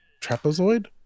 trapezoid